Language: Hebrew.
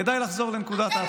כדאי לחזור לנקודת ההתחלה,